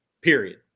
period